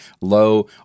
low